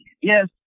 Yes